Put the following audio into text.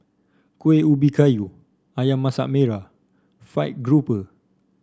Kuih Ubi Kayu ayam Masak Merah fried grouper